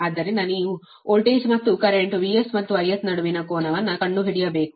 ಆದ್ದರಿಂದ ನೀವು ವೋಲ್ಟೇಜ್ ಮತ್ತು ಕರೆಂಟ್ VS ಮತ್ತು IS ನಡುವಿನ ಕೋನವನ್ನು ಪಡೆಯಬೇಕು